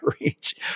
reach